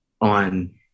on